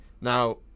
Now